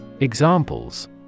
Examples